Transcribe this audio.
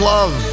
Love